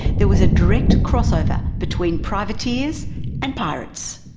there was a direct crossover between privateers and pirates.